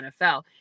NFL